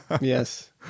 Yes